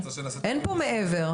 אין פה מעבר.